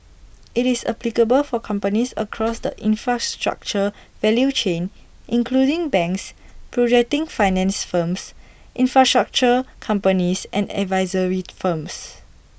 IT is applicable for companies across the infrastructure value chain including banks projecting finance firms infrastructure companies and advisory firms